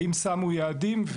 האם שמו יעדים,